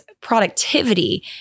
productivity